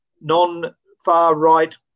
non-far-right